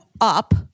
up